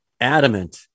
adamant